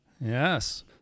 yes